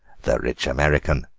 the rich american,